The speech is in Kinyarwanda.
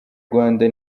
rwanda